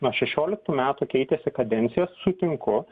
nuo šešioliktų metų keitėsi kadencijos sutinku